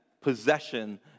possession